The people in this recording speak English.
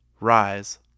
Rise